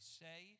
say